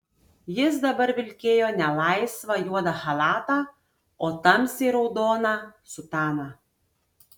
jis dabar vilkėjo ne laisvą juodą chalatą o tamsiai raudoną sutaną